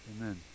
Amen